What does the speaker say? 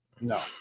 No